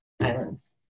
Islands